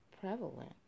prevalent